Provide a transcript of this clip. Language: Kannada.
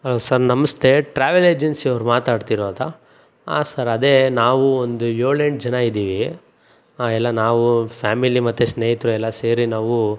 ಹಾಂ ಸರ್ ನಮಸ್ತೆ ಟ್ರಾವೆಲ್ ಏಜೆನ್ಸಿಯವ್ರು ಮಾತಾಡ್ತಿರೋದಾ ಹಾಂ ಸರ್ ಅದೇ ನಾವು ಒಂದು ಏಳು ಎಂಟು ಜನ ಇದ್ದೀವಿ ಹಾಂ ಎಲ್ಲ ನಾವು ಫ್ಯಾಮಿಲಿ ಮತ್ತು ಸ್ನೇಹಿತರು ಎಲ್ಲ ಸೇರಿ ನಾವು